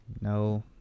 no